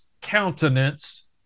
countenance